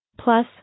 Plus